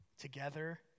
together